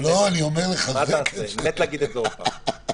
מה תעשה, מת להגיד את זה עוד פעם.